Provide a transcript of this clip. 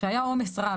שהיה עומס רב.